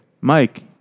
Mike